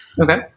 okay